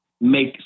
make